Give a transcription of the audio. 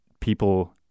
people